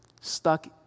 stuck